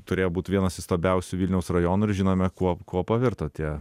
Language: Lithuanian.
turėjo būt vienas įstabiausių vilniaus rajonų ir žinome kuo kuo pavirto tie